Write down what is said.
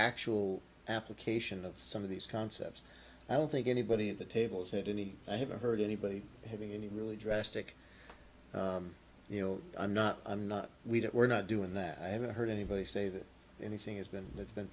actual application of some of these concepts i don't think anybody at the table said any i haven't heard anybody having any really drastic you know i'm not i'm not we don't we're not doing that i haven't heard anybody say that anything it's been that's been